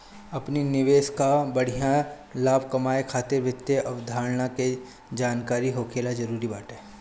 अपनी निवेश कअ बढ़िया लाभ कमाए खातिर वित्तीय अवधारणा के जानकरी होखल जरुरी बाटे